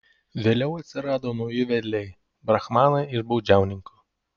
vėliau atsirado nauji vedliai brahmanai iš baudžiauninkų